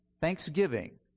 thanksgiving